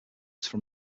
from